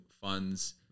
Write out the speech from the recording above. funds